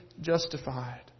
justified